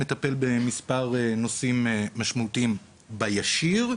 מטפל במספר נושאים משמעותיים בישיר,